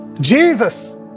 Jesus